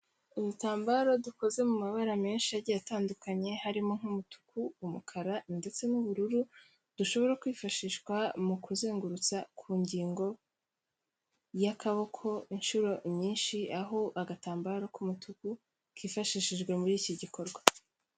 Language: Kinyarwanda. Udutambaro dukoze mu mabara menshi agiye atandukanye, harimo nk'umutuku, umukara ndetse n'ubururu, dushobora kwifashishwa mu kuzengurutsa ku ngingo y'akaboko inshuro nyinshi, aho agatambaro k'umutuku kifashishijwe muri iki gikorwa.